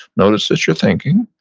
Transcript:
notice that you're thinking,